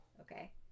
okay